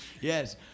Yes